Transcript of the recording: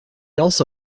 also